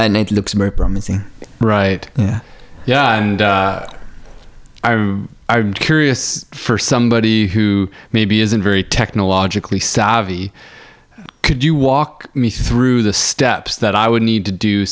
and it looks very promising right yeah i am curious for somebody who maybe isn't very technologically savvy could you walk me through the steps that i would need to do